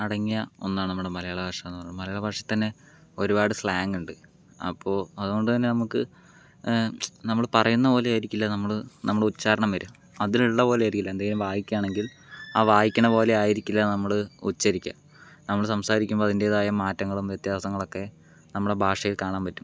അടങ്ങിയ ഒന്നാണ് നമ്മുടെ മലയാള ഭാഷ എന്ന് പറയുന്നത് മലയാള ഭാഷയിൽ തന്നെ ഒരുപാട് സ്ലാങ് ഉണ്ട് അപ്പോൾ അതുകൊണ്ട് തന്നെ നമുക്ക് നമ്മൾ പറയുന്ന പോലെ ആയിരിക്കില്ല നമ്മള് നമ്മള ഉച്ചാരണം വരുക അതിലുള്ള പോലെ ആയിരിക്കില്ല എന്തെങ്കിലും വായിക്കുകയാണെങ്കിൽ ആ വായിക്കണ പോലെ ആയിരിക്കില്ല നമ്മള് ഉച്ചരിക്കുക നമ്മൾ സംസാരിക്കുമ്പോൾ അതിന്റേതായ മാറ്റങ്ങളും വ്യത്യാസങ്ങളും ഒക്കെ നമ്മളെ ഭാഷയിൽ കാണാൻ പറ്റും